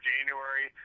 January